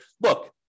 look